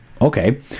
okay